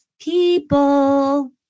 people